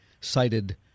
cited